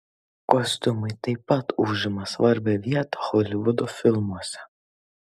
kostiumai taip pat užima svarbią vietą holivudo filmuose